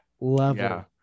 level